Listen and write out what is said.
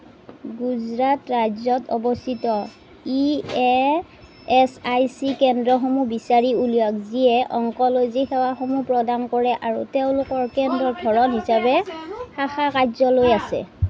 গুজৰাট ৰাজ্যত অৱস্থিত ই এ এছ আই চি কেন্দ্ৰসমূহ বিচাৰি উলিয়াওক যিয়ে অংক'লজি সেৱাসমূহ প্ৰদান কৰে আৰু তেওঁলোকৰ কেন্দ্ৰৰ ধৰণ হিচাপে শাখা কাৰ্যালয় আছে